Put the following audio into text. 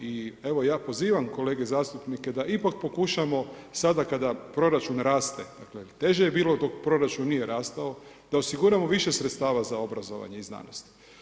I evo, ja pozivam kolege zastupnike, da ipak pokušamo, sada kada proračun raste, teže je bilo dok proračun nije rastao, da osiguramo više sredstava za obrazovanje i znanost.